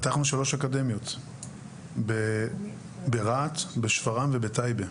פתחנו שלוש אקדמיות ברהט, שפרעם ובטייבה.